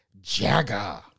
Jagger